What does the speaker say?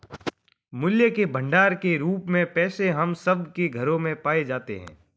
मूल्य के भंडार के रूप में पैसे हम सब के घरों में पाए जाते हैं